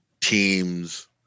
teams